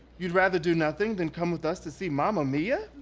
you'd rather do nothing than come with us to see mamma mia?